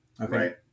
Okay